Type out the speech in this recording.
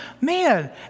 Man